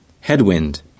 Headwind